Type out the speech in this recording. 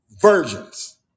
Virgins